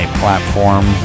platform